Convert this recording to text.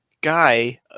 guy